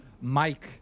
Mike